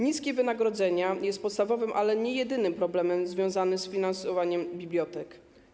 Niskie wynagrodzenia to podstawowy, ale nie jedyny problem związany z finansowaniem bibliotek.